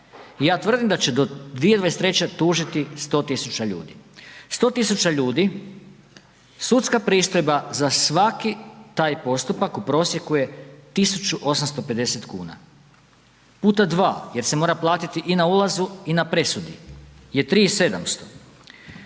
i ja tvrdim da će do 2023. tužiti 100.000 ljudi. 100.000 ljudi, sudska pristojba za svaki taj postupak u prosjeku je 1.850 kuna puta dva jer se mora platiti i na ulazu i na presudi je 3.700.